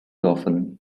often